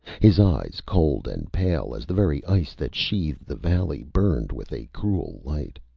his eyes, cold and pale as the very ice that sheathed the valley, burned with a cruel light.